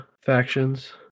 factions